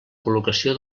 col·locació